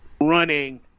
running